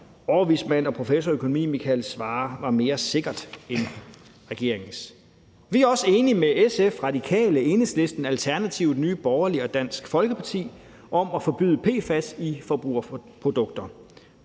overvismand og professor i økonomi Michael Svarer var mere sikkert end regeringens. Vi er også enige med SF, Radikale, Enhedslisten, Alternativet, Nye Borgerlige og Dansk Folkeparti om at forbyde PFAS i forbrugerprodukter.